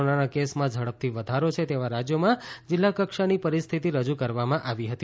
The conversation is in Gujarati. કોરોનાના કેસમાં ઝડપથી વધારો છે તેવાં રાજ્યોમાં જિલ્લા કક્ષાની પરિસ્થિતિ રજૂ કરવામાં આવી હતી